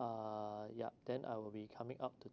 uh yup then I'll be coming up to